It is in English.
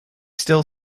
still